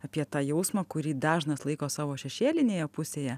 apie tą jausmą kurį dažnas laiko savo šešėlinėje pusėje